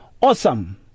Awesome